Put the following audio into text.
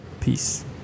Peace